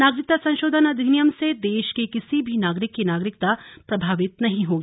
नागरिकता संशोधन अधिनियम से देश के किसी भी नागरिक की नागरिकता प्रभावित नहीं होगी